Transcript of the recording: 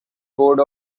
board